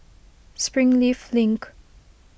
Springleaf Link